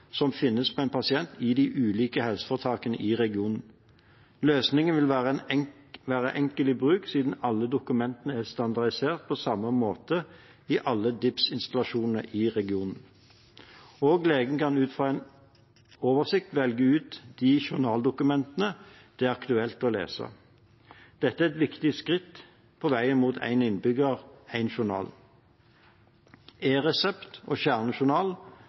som finnes på en pasient i de ulike helseforetakene i regionen. Løsningen vil være enkel i bruk, siden alle dokumenter er standardisert på samme måte i alle DIPS-installasjonene i regionen, og legen kan ut fra en oversikt velge ut de journaldokumentene det er aktuelt å lese. Dette er et viktig skritt på veien mot «Én innbygger – én journal». E-resept og kjernejournal